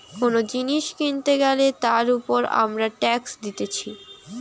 কোন জিনিস কিনতে গ্যালে তার উপর আমরা ট্যাক্স দিতেছি